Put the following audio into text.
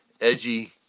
edgy